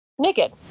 Naked